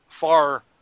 far